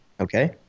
okay